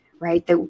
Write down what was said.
right